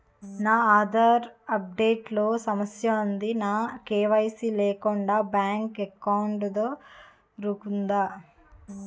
నా Aadhaar update లో సమస్య వుంది నాకు కే.వై.సీ లేకుండా బ్యాంక్ ఎకౌంట్దొ రుకుతుందా?